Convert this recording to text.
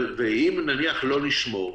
אבל, אם, נניח, לא נשמור?